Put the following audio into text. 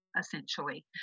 essentially